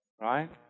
Right